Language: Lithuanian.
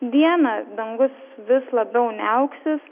dieną dangus vis labiau niauksis